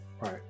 Right